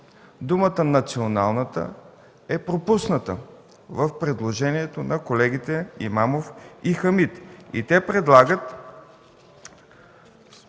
Думата „националната” е пропусната в предложението на колегите Имамов и Хамид.